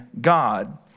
God